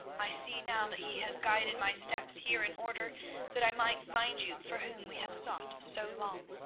i see now that he has guided my steps here in order that i might find you for whom we have sought so long.